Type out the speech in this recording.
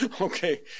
Okay